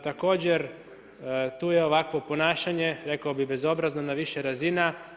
Također tu je ovakvo ponašanje rekao bih bezobrazno na više razina.